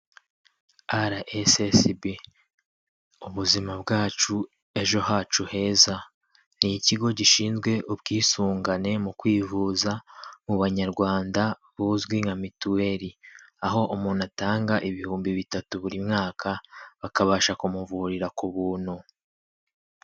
RSSB ubuzima bwacu ejo hacu heza, ni ikigo gishinzwe ubwisungane mu kwivuza mu banyarwanda buzwi nka mituweli, aho umuntu atanga ibihumbi bitatu buri mwaka, bakabasha kumuvurira ku buntu.